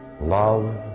Love